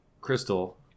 Crystal